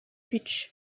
butch